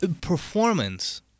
Performance